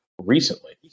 recently